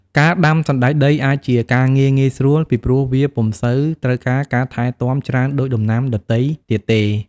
ការដាំសណ្តែកដីអាចជាការងារងាយស្រួល ពីព្រោះវាពុំសូវត្រូវការការថែទាំច្រើនដូចដំណាំដទៃទៀតទេ។